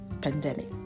pandemic